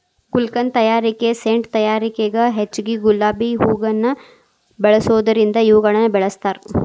ಗುಲ್ಕನ್ ತಯಾರಿಕೆ ಸೇಂಟ್ ತಯಾರಿಕೆಗ ಹೆಚ್ಚಗಿ ಗುಲಾಬಿ ಹೂವುನ ಬಳಸೋದರಿಂದ ಇವುಗಳನ್ನ ಬೆಳಸ್ತಾರ